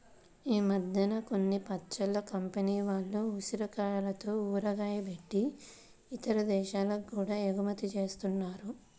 ఈ మద్దెన కొన్ని పచ్చళ్ళ కంపెనీల వాళ్ళు ఉసిరికాయలతో ఊరగాయ బెట్టి ఇతర దేశాలకి గూడా ఎగుమతి జేత్తన్నారు